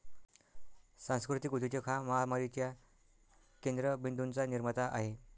सांस्कृतिक उद्योजक हा महामारीच्या केंद्र बिंदूंचा निर्माता आहे